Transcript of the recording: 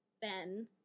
Ben